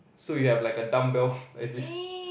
so you have like a dumbbell at this